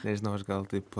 nežinau aš gal taip